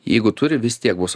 jeigu turi vis tiek bus